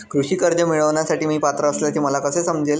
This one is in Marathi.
कृषी कर्ज मिळविण्यासाठी मी पात्र असल्याचे मला कसे समजेल?